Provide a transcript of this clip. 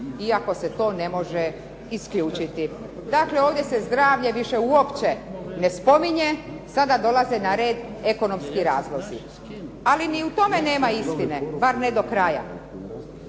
iako se to ne može isključiti. Dakle, ovdje se zdravlje više uopće ne spominje. Sada dolaze na red ekonomski razlozi. Ali ni u tome nema istine, bar ne do kraja.